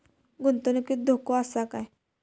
गुंतवणुकीत धोको आसा काय?